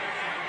להיות שם